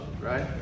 right